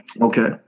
Okay